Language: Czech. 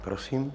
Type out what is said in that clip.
Prosím.